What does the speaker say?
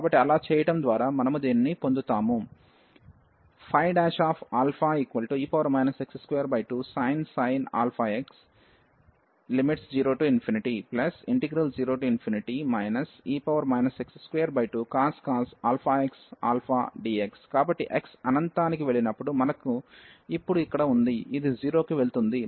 కాబట్టి అలా చేయడం ద్వారా మనము దీన్ని పొందుతాము e x22sin αx |00 e x22cos αx αdx కాబట్టి x అనంతానికి వెళ్ళినప్పుడు మనకు ఇప్పుడు ఇక్కడ ఉంది ఇది 0 కి వెళుతుంది